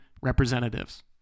representatives